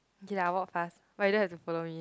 okay I walk fast but you don't have to follow me